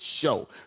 show